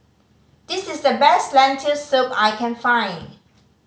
this is the best Lentil Soup I can find